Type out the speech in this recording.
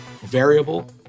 variable